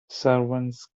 servants